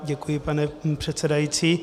Děkuji, pane předsedající.